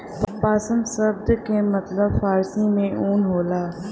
पसम सब्द का मतलब फारसी में ऊन होला